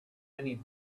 many